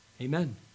Amen